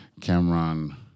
Cameron